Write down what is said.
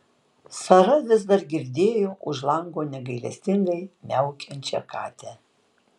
sara vis dar girdėjo už lango negailestingai miaukiančią katę